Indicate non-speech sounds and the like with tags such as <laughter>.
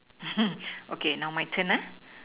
<noise> okay now my turn uh